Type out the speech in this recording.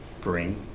bring